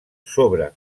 sobre